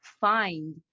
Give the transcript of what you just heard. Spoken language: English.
find